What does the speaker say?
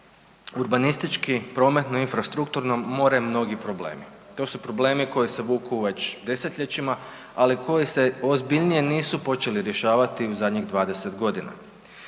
urbanistički, prometno i infrastrukturno more mnogi problemi, to su problemi koji se vuku već desetljećima, ali koji se ozbiljnije nisu počeli rješavati u zadnjih 20.g.